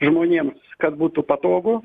žmonėms kad būtų patogu